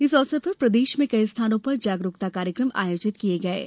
इस अवसर पर प्रदेश में कई स्थानों पर जागरूकता कार्यक्रम आयोजित किये गये हैं